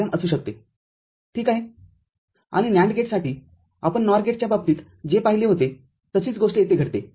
आणि NAND गेटसाठीआपण NOR गेटच्या बाबतीत जे पाहिले होतेतशीच गोष्ट येथे घडते